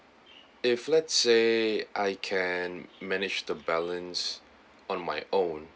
if let's say I can manage the balance on my own